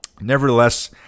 nevertheless